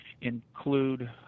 include